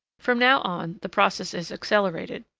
from now on the process is accelerated,